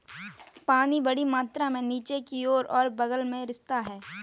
पानी बड़ी मात्रा में नीचे की ओर और बग़ल में रिसता है